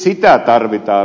sitä tarvitaan